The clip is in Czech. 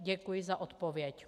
Děkuji za odpověď.